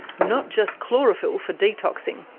not just chlorophyll for detoxing.